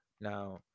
Now